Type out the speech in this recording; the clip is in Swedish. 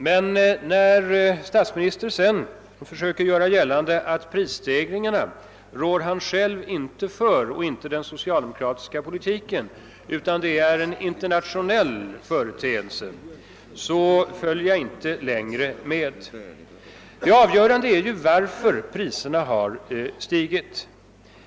Men när statsministern sedan försöker göra gällande att han själv och den socialdemokratiska politiken inte rår för prisstegringarna utan att det är en internationell företeelse, kan jag inte längre hålla med honom. Det avgörande är ju varför priserna har stigit.